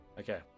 Okay